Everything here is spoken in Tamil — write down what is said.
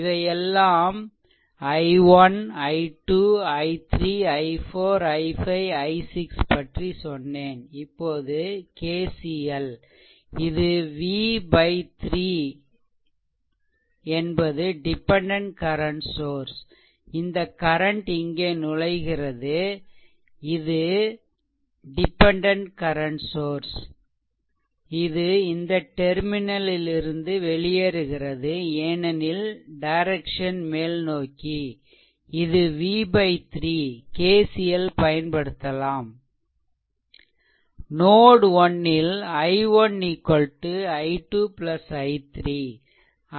இவை எல்லாம் i1 i 2 i3 i4 i5 i6 பற்றி சொன்னேன் இப்போது KCL இது v 3 என்பது டிபெண்டென்ட் கரன்ட் சோர்ஸ் இந்த கரன்ட் இங்கே நுழைகிறது இது டிபெண்டென்ட் கரண்ட் சோர்ஸ் இது இந்த டெர்மினலிலிருந்து வெளியேறுகிறதுஏனெனில் டைரக்சன் மேல்நோக்கி இது v 3 KCL பயன்படுத்தலாம் நோட்1 ல் i1 i 2 i3 i1 i 2